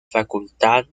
facultad